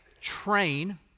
train